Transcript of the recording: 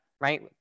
right